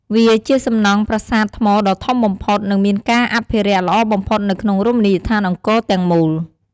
វាជាសំណង់ប្រាសាទថ្មដ៏ធំបំផុត និងមានការអភិរក្សល្អបំផុតនៅក្នុងរមណីយដ្ឋានអង្គរទាំងមូល។